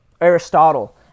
Aristotle